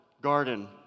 garden